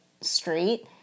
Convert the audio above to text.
street